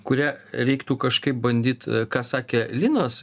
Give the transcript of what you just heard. kurią reiktų kažkaip bandyt ką sakė linas